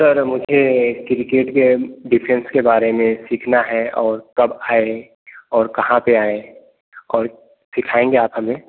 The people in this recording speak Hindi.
सर मुझे किरकेट के डिफेंस के बारे में सीखना है और कब आए और कहाँ पर आएँ और सिखाएँगे आप हमें